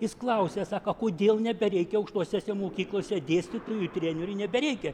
jis klausia sako kodėl nebereikia aukštosiose mokyklose dėstytojų trenerių nebereikia